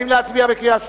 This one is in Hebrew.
האם להצביע בקריאה שלישית?